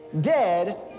Dead